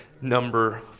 number